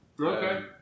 Okay